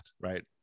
right